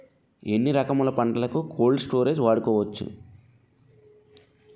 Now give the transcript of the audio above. ఎన్ని రకములు పంటలకు కోల్డ్ స్టోరేజ్ వాడుకోవచ్చు?